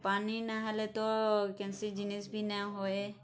ପାନି ନାଇଁହେଲେ ତ କେନ୍ସି ଜିନିଷ୍ ଭି ନାଇଁ ହୁଏ